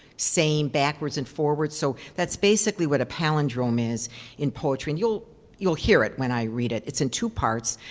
same backwards and forwards, so that's basically what a palindrome is in poetry. and you'll you'll hear it when i read it. it's in two parts.